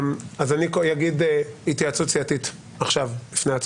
אז אני אגיד התייעצות סיעתית עכשיו, לפני ההצבעה.